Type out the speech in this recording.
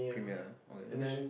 premier okay let me sh~